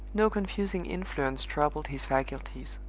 no confusing influence troubled his faculties.